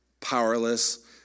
powerless